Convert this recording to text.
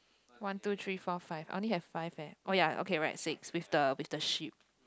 one two three four five I only have five eh oh ya okay right six with the with the sheep